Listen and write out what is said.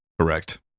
Correct